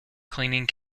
cleaning